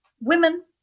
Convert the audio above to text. women